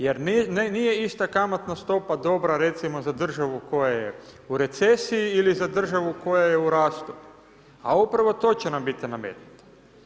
Jer nije ista kamatna stopa dobra recimo za državu koja je u recesiji ili za državu koja je u rastu, a upravo to će nam biti nametnuto.